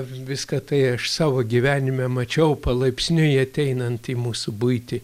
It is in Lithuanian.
viską tai aš savo gyvenime mačiau palaipsniui ateinant į mūsų buitį